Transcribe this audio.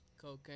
Cocaine